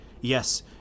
Yes